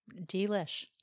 Delish